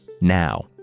Now